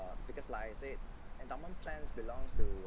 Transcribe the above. because like I said endowment plans belongs to